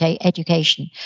education